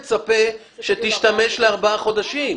מכם שתשתמשו בכל ארבעת החודשים.